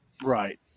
Right